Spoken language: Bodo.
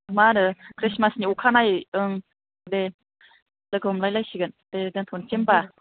मा होनो ख्रिस्टमासनि अखानायै ओं दे लोगो हमलाय लायसिगोन दे दोनथ'नोसै होनबा